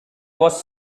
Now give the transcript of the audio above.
was